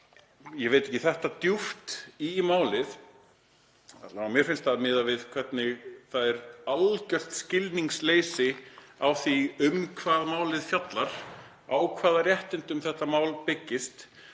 ég veit ekki, þetta djúpt í málið. Mér finnst það alla vega, miðað við hvernig það er algjört skilningsleysi á því um hvað málið fjallar, á hvaða réttindum þetta mál byggist,